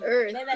earth